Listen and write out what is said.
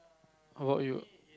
how about you